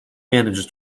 manages